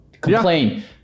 complain